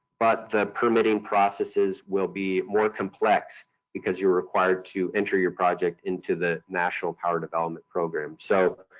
but the permitting processes will be more complex because you're required to enter your project into the national power development program. so,